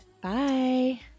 Bye